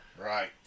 Right